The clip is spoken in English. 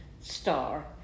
star